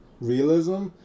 realism